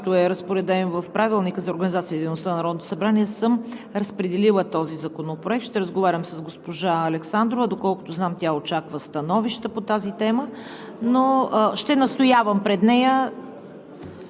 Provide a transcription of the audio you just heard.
на Народното събрание, съм разпределила този законопроект. Ще разговарям с госпожа Александрова, а доколкото знам, тя очаква становищата по тази тема, но ще настоявам пред нея